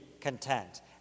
content